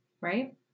right